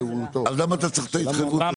אז למה אתה צריך את ההתחייבות הזאת?